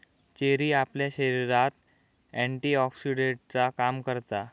cherry आपल्या शरीरात एंटीऑक्सीडेंटचा काम करता